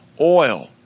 oil